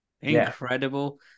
incredible